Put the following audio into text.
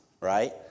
right